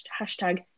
hashtag